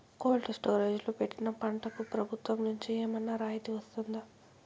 Cold storage లో పెట్టిన పంటకు ప్రభుత్వం నుంచి ఏమన్నా రాయితీ వస్తుందా?